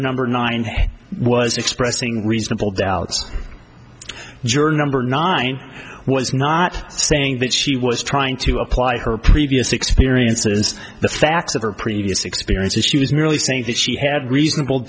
number nine was expressing reasonable doubts juror number nine was not saying that she was trying to apply her previous experiences the facts of her previous experiences she was merely saying that she had reasonable